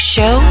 Show